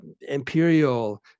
imperial